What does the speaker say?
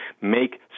make